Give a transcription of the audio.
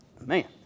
Man